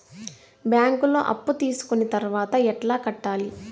బ్యాంకులో అప్పు తీసుకొని తర్వాత ఎట్లా కట్టాలి?